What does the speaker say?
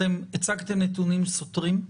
אתם הצגתם נתונים סותרים.